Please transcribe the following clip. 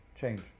change